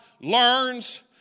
learns